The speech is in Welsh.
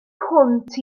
hwnt